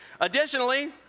Additionally